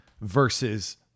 versus